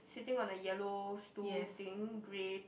sitting on a yellow stool thing grey